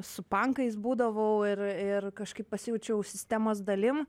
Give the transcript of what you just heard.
su pankais būdavau ir ir kažkaip pasijaučiau sistemos dalim